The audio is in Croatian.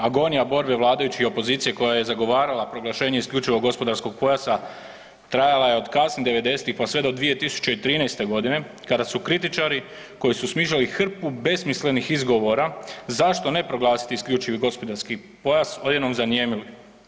Agonija borbe vladajućih i opozicije koja je zagovarala proglašenje isključivog gospodarskog pojasa trajala je od kasnih '90.-tih pa sve do 2013. godine kada su kritičari koji su smišljali hrpu besmislenih izgovora zašto ne proglasiti isključivi gospodarski pojas odjednom zanijemili.